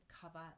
cover